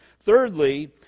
Thirdly